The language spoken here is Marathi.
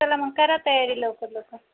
चला मंग करा तयारी लवकर लवकर